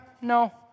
no